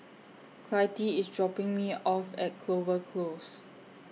Clytie IS dropping Me off At Clover Close